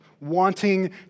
wanting